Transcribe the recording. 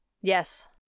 Yes